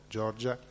Giorgia